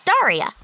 Daria